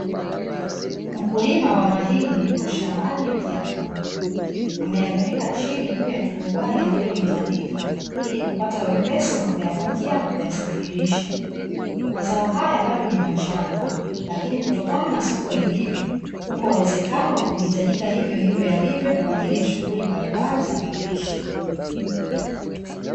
Mkulima wa mahindi yuko shambani akiyavuna, ameyarundika chini juu ya turubai alilolitandika, ili kupata wepesi wa kuyapakia na kuyasafirisha. Mazao haya bado ni machanga, lakini kutokana na soko lilivyo, uko uwezekano wa kuhitajika hivyohivyo yalivyo, kwa ajili ya shughuli mbalimbali za mapishi.